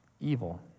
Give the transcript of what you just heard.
evil